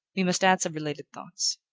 we must add some related thoughts.